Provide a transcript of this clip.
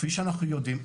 כפי שאנחנו יודעים,